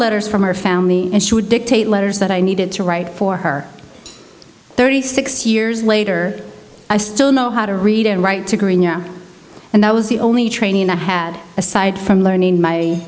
letters from our family and she would dictate letters that i needed to write for her thirty six years later i still know how to read and write to her and that was the only training i had aside from learning my